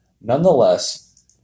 Nonetheless